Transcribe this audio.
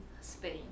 Spain